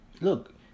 look